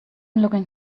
looking